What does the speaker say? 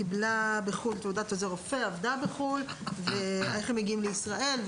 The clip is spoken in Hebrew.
קיבלה בחו"ל תעודת עוזר רופא ועבדה בחו"ל איך הם מגיעים לישראל,